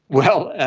well,